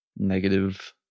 Negative